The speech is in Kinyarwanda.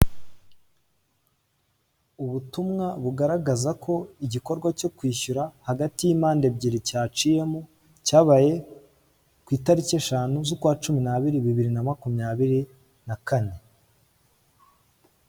Ubutumwa bugaragaza ko igikorwa cyo kwishyura hagati y'impande ebyiri cyaciyemo, cyabaye ku itariki eshanu z'ukwa cumi n'abiri, bibiri na makumyabiri na kane.